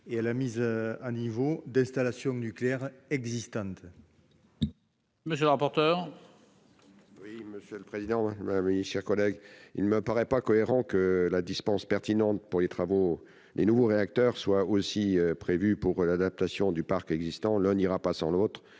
et à la mise à niveau des installations nucléaires existantes.